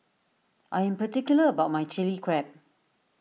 I am particular about my Chilli Crab